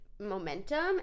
momentum